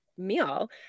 meal